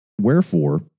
Wherefore